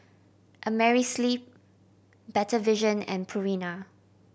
Amerisleep Better Vision and Purina